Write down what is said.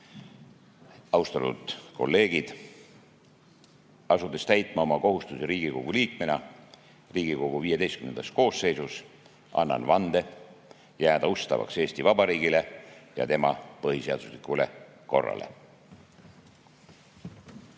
Austatud kolleegid! Asudes täitma oma kohustusi Riigikogu liikmena Riigikogu XV koosseisus, annan vande jääda ustavaks Eesti Vabariigile ja tema põhiseaduslikule korrale.